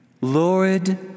Lord